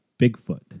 Bigfoot